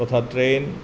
তথা ট্ৰেইন